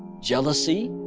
jealousy.